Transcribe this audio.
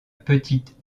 petite